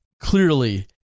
clearly